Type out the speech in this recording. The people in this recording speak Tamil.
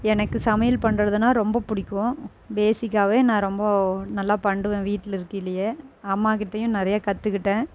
எனக்கு சமையல் பண்றதுனால் ரொம்ப பிடிக்கும் பேசிக்காகவே நான் ரொம்ப நல்லா பண்ணுவேன் வீட்டில் இருக்கையிலேயே அம்மாக்கிட்டேயும் நிறையா கற்றுக்கிட்டேன்